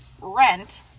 rent